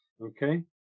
Okay